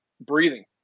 breathing